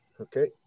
Okay